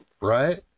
Right